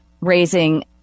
raising